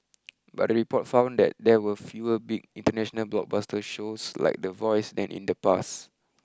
but the report found that there were fewer big international blockbuster shows like the voice than in the past